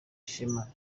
shema